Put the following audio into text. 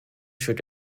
should